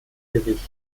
gewicht